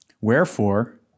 Wherefore